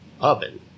oven